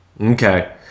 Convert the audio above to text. Okay